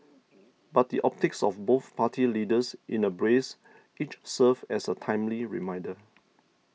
but the optics of both party leaders in a brace each serves as a timely reminder